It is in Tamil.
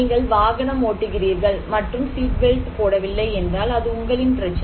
நீங்கள் வாகனம் ஓட்டுகிறீர்கள் மற்றும் சீட் பெல்ட் போடவில்லை என்றால் அது உங்களின் பிரச்சனை